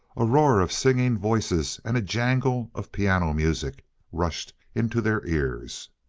a roar of singing voices and a jangle of piano music rushed into their ears.